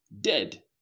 Dead